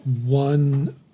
one